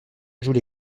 joue